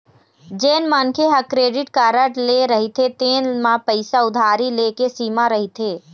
जेन मनखे ह क्रेडिट कारड ले रहिथे तेन म पइसा उधारी ले के सीमा रहिथे